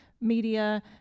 media